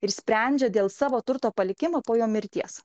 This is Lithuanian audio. ir sprendžia dėl savo turto palikimo po jo mirties